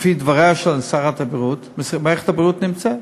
לפי דבריה של שרת הבריאות, מערכת הבריאות נמצאת.